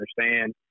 understand